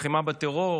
לחימה בטרור